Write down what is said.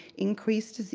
increased